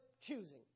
choosing